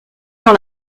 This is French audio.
dans